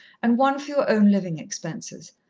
and one for your own living expenses.